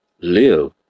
Live